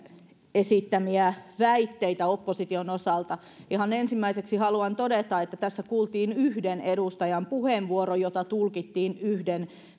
esittämiä väitteitä opposition osalta ihan ensimmäiseksi haluan todeta että tässä kuultiin yhden edustajan puheenvuoro jota tulkittiin yhden